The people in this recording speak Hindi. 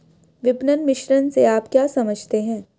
विपणन मिश्रण से आप क्या समझते हैं?